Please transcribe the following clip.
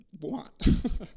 want